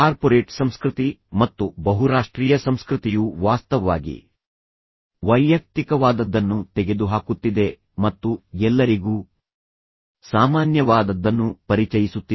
corporate ಸಂಸ್ಕೃತಿ ಮತ್ತು ಬಹುರಾಷ್ಟ್ರೀಯ ಸಂಸ್ಕೃತಿಯು ವಾಸ್ತವವಾಗಿ ವೈಯಕ್ತಿಕವಾದದ್ದನ್ನು ತೆಗೆದುಹಾಕುತ್ತಿದೆ ಮತ್ತು ಎಲ್ಲರಿಗೂ ಸಾಮಾನ್ಯವಾದದ್ದನ್ನು ಪರಿಚಯಿಸುತ್ತಿದೆ